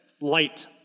light